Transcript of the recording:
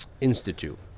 Institute